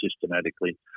systematically